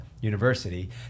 university